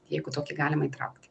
jeigu tokį galima įtraukti